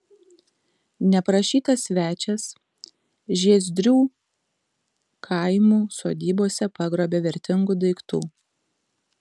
neprašytas svečias žiezdrių kaimų sodybose pagrobė vertingų daiktų